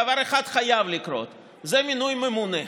דבר אחד חייב לקרות: מינוי ממונה.